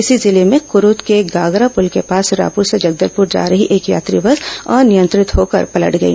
इसी जिले में कुरूद के गागरा पुल के पास रायपुर से जगदलपुर जा रही एक यात्री बस अनियंत्रित होकर पलट गई